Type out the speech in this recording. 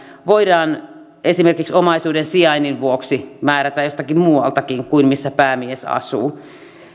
voidaan esimerkiksi omaisuuden sijainnin vuoksi määrätä edunvalvoja jostakin muualtakin kuin missä päämies asuu